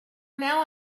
now